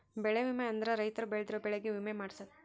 ಬೆಳೆ ವಿಮೆ ಅಂದ್ರ ರೈತರು ಬೆಳ್ದಿರೋ ಬೆಳೆ ಗೆ ವಿಮೆ ಮಾಡ್ಸೊದು